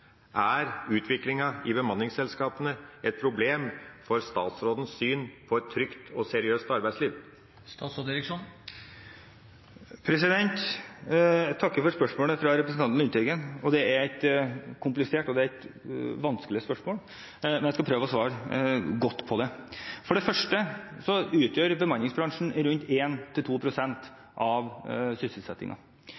Er utviklinga i bemanningsselskapene et problem for statsrådens syn på et trygt og seriøst arbeidsliv? Jeg takker for spørsmålet fra representanten Lundteigen. Det er et komplisert og vanskelig spørsmål, men jeg skal prøve å svare godt på det. For det første utgjør bemanningsbransjen rundt 1–2 pst. av sysselsettingen. Det å ha en